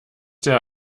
der